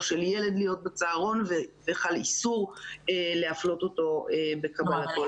של ילד להיות בצהרון וחל איסור להפלות אותו בקבלתו לצהרון.